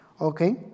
Okay